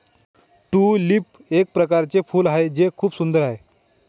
tulip एक प्रकारचे फूल आहे जे खूप सुंदर आहे